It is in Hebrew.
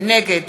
נגד